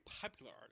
popular